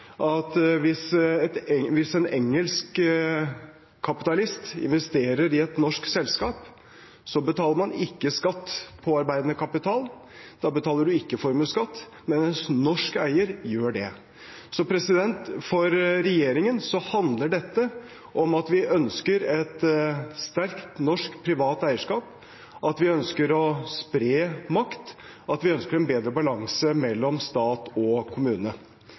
at hvis en engelsk kapitalist investerer i et norsk selskap, betaler man ikke skatt på arbeidende kapital, da betaler man ikke formuesskatt, mens en norsk eier gjør det. For regjeringen handler dette om at vi ønsker et sterkt norsk privat eierskap, at vi ønsker å spre makt, at vi ønsker en bedre balanse mellom stat og kommune.